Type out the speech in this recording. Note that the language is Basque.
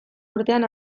urtean